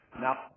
Now